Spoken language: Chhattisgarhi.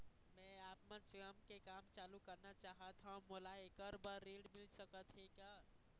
मैं आपमन स्वयं के काम चालू करना चाहत हाव, मोला ऐकर बर ऋण मिल सकत हे का?